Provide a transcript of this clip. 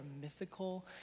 mythical